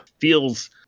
feels